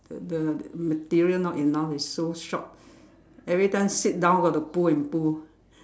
the material not enough it's so short every time sit down got to pull and pull